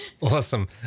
awesome